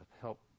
help